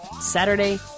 saturday